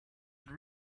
even